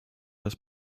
das